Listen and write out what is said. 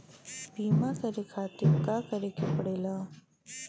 बीमा करे खातिर का करे के पड़ेला?